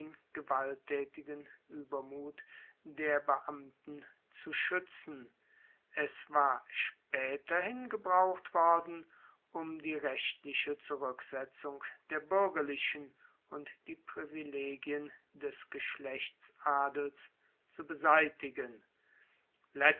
gewalttaetigen uebermut der beamten zu schuetzen es war spaeterhin gebraucht worden um die rechtliche zuruecksetzung der buergerlichen und die privilegien des geschlechtsadels zu beseitigen